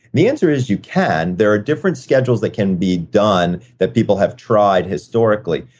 the answer is, you can. there are different schedules that can be done that people have tried historically.